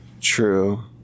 True